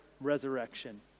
resurrection